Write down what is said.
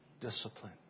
discipline